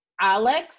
Alex